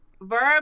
Verb